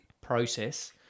process